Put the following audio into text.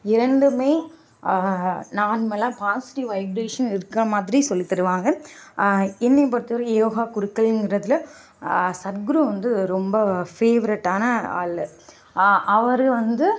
இரண்டுமே நார்மலாக positive vibration இருக்கிற மாதிரி சொல்லி தருவாங்க என்னை பொறுத்தவரையும் யோகா குருக்களுங்கிறதுல சத்குரு வந்து ரொம்ப ஃபேவ்ரட்டான ஆள் அவர் வந்து